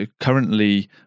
currently